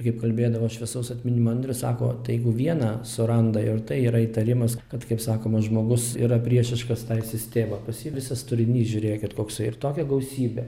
kaip kalbėdavo šviesaus atminimo andrius sako tai jeigu vieną suranda ir tai yra įtarimas kad kaip sakoma žmogus yra priešiškas tai sistemai o pas jį visas turinys žiūrėkit koksai ir tokia gausybė